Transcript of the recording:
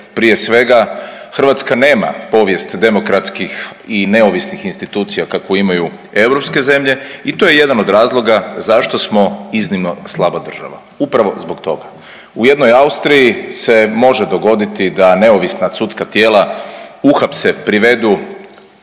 prije svega Hrvatska nema povijest demokratskih i neovisnih institucija kakvu imaju europske zemlje i to je jedan od razloga zašto smo iznimno slaba država, upravo zbog toga. U jednoj Austriji se može dogoditi da neovisna sudska tijela uhapse i privedu